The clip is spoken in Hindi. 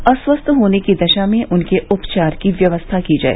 अस्वस्थ होने की दशा में उनके उपचार की व्यवस्था की जाए